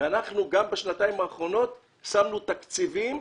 וגם בשנתיים האחרונות שמנו תקציבים,